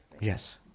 Yes